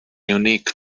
unique